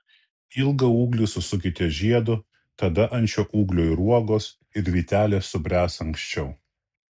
ilgą ūglį susukite žiedu tada ant šio ūglio ir uogos ir vytelės subręs anksčiau